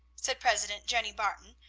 said president jenny barton,